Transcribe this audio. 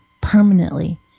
permanently